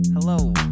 Hello